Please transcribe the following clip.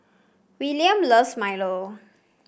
Willaim loves Milo